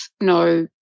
no